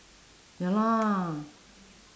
ya lah